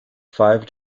five